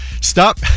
stop